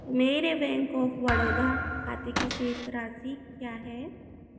मेरे bank of Baroda खाते की शेष राशि क्या है